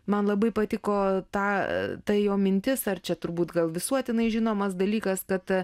man labai patiko ta ta jo mintis ar čia turbūt gal visuotinai žinomas dalykas kad